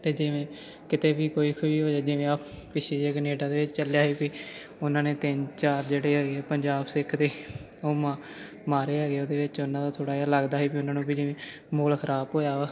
ਅਤੇ ਜਿਵੇਂ ਕਿਤੇ ਵੀ ਕੋਈ ਕੋਈ ਹੋਵੇ ਜਿਵੇ ਆ ਪਿੱਛੇ ਜੇ ਕਨੇਡਾ ਦੇ ਵਿੱਚ ਚੱਲਿਆ ਸੀ ਵੀ ਉਨ੍ਹਾਂ ਨੇ ਤਿੰਨ ਚਾਰ ਜਿਹੜੇ ਹੈਗੇ ਪੰਜਾਬ ਸਿੱਖ ਦੇ ਉਹ ਮਾ ਮਾਰਿਆ ਗਿਆ ਉਹਦੇ ਵਿੱਚ ਉਨ੍ਹਾਂ ਦਾ ਥੋੜ੍ਹਾ ਜਿਹਾ ਲੱਗਦਾ ਸੀ ਵੀ ਉਨ੍ਹਾਂ ਨੂੰ ਵੀ ਜਿਵੇਂ ਮਾਹੌਲ ਖ਼ਰਾਬ ਹੋਇਆ ਵਾ